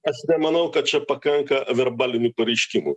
aš nemanau kad čia pakanka virbalinių pareiškimų